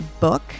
book